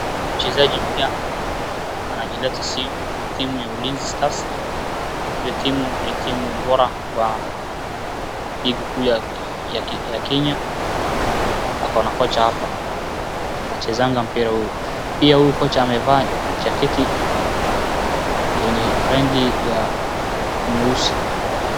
Huyu mchezaji mpya anajileta timu ya Ulinzi starts, hiyo timu ni timu bora kwa hii dukuu ya Kenya, ako na kocha hapa, anachezanga mpira huu. Pia huyu kocha amevaa jaketi yenye rangi nyeusi.